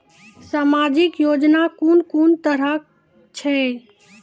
समाजिक योजना कून कून तरहक छै?